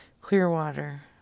Clearwater